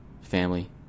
family